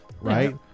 right